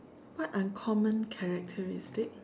what uncommon characteristic